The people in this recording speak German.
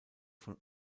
von